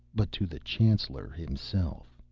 but to the chancellor himself.